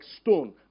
stone